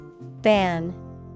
Ban